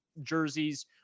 jerseys